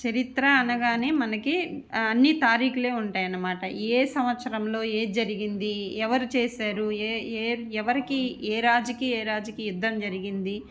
చరిత్ర అనగానే మనకి అన్ని తారీఖులే ఉంటాయి అన్నమాట ఏ సంవత్సరంలో ఏది జరిగింది ఎవరు చేసారు ఏ ఏ ఎవరికి ఏ రాజుకి ఏ రాజుకి యుద్ధం జరిగింది